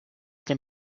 dem